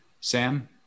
Sam